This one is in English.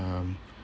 um